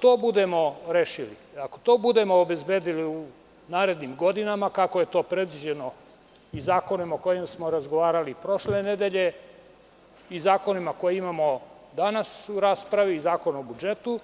Ako to budemo rešili, ako to budemo obezbedili u narednim godinama, kako je to predviđeno i zakonima o kojima smo razgovarali prošle nedelje i zakonima koje imamo danas u raspravi, Zakon o budžetu,